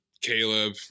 caleb